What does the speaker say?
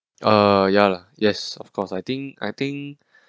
uh ya lah yes of course I think I think